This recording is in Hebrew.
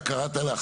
איך קראת לה?